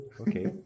Okay